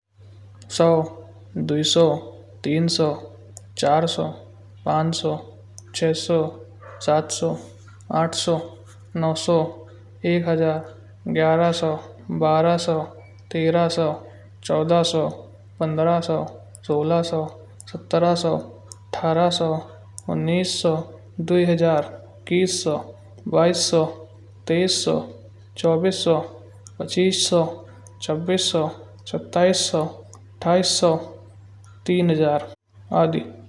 सौ, दो सौ, तीन सौ, चार सौ, पाँच सौ, छः सौ, सात सौ, आठ सौ, नौ सौ, एक हजार। ग्यारह सौ, बारह सौ, तेरह सौ, चौदह सौ, पंद्रह सौ, सोलह सौ, सत्रह सौ, अठारह सौ, उन्नीस सौ, दो हजार। इक्कीस सौ, बाइस सौ, तेईस सौ, चौबीस सौ, पच्चीस सौ, छब्बीस सौ, सत्ताईस सौ, अट्ठाईस सौ, उन्तीस सौ, तीन हजार आदि।